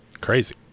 Crazy